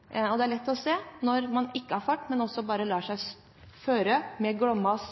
det. Det er lett å se farten, og det er lett å se når man ikke har fart, men bare lar seg føre med Glommas